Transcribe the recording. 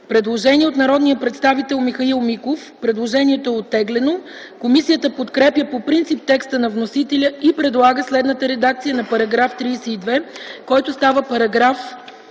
предложение от народния представител Михаил Миков. Предложението е оттеглено. Комисията подкрепя по принцип текста на вносителя и предлага следната редакция на § 32, който става §